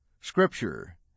Scripture